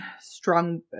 strong